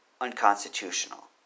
unconstitutional